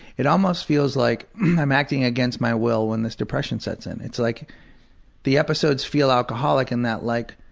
it almost feels like i'm acting against my will when this depression sets in. it's like the episodes feel alcoholic in that, like,